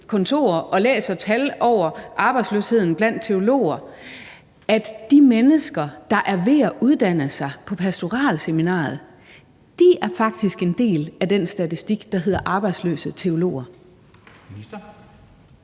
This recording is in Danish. kontor og læser tal for arbejdsløsheden blandt teologer – at det er et kæmpe problem, at de mennesker, der er ved at uddanne sig på pastoralseminariet, faktisk er en del af den statistik, der hedder arbejdsløse teologer?